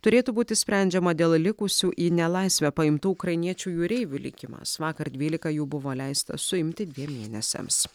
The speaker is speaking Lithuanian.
turėtų būti sprendžiama dėl likusių į nelaisvę paimtų ukrainiečių jūreivių likimas vakar dvylika jų buvo leista suimti dviem mėnesiams